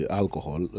alcohol